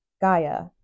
Gaia